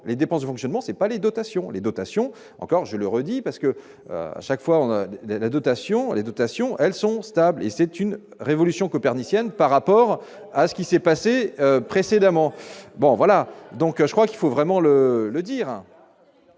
les dépenses de fonctionnement, c'est pas les dotations les dotations encore, je le redis parce que à chaque fois, on a bien la dotation les dotations, elles sont stables et c'est une révolution copernicienne. Par rapport à ce qui s'est passé précédemment, bon voilà, donc je crois qu'il faut vraiment le le